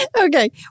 Okay